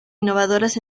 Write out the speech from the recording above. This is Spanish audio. innovadoras